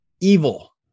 evil